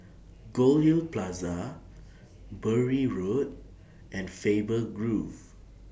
Goldhill Plaza Bury Road and Faber Grove